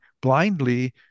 blindly